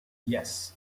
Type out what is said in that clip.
yes